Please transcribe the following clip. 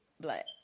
Black